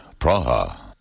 Praha